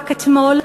רק אתמול,